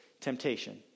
temptation